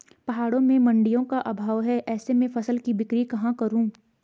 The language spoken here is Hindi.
पहाड़ों में मडिंयों का अभाव है ऐसे में फसल की बिक्री कहाँ करूँ?